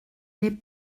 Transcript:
les